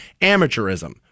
amateurism